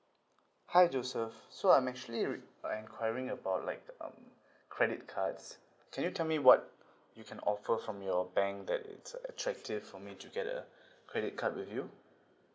hi joseph so I'm actually re~ uh enquiring about like um credit cards can you tell me what you can offer from your bank that is attractive for me to get a credit card with you